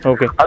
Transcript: Okay